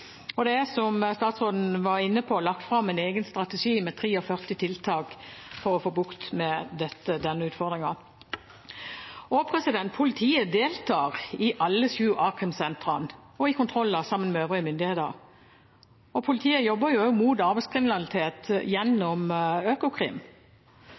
Som statsråden var inne på, er det lagt fram en egen strategi med 43 tiltak for å få bukt med denne utfordringen. Politiet deltar i alle sju a-krimsentrene og i kontroller sammen med øvrige myndigheter. Politiet jobber også mot